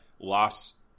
loss